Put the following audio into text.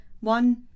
one